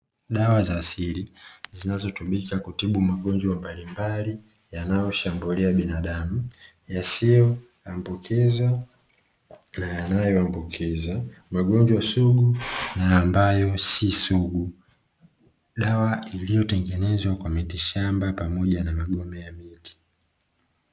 Dawa za asili zinazotumika kutibu magonjwa mbalimbali yanayoshambulia binadamu yasiyoambukiza na yanayoambukiza, magonjwa sugu na ambayo sio sugu. Dawa iliyotengenezwa kwa miti shamba pamoja na magome ya miti.